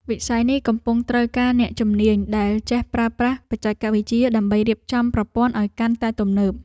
វិស័យនេះកំពុងត្រូវការអ្នកជំនាញដែលចេះប្រើប្រាស់បច្ចេកវិទ្យា ដើម្បីរៀបចំប្រព័ន្ធឱ្យកាន់តែទំនើប។